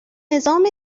نظام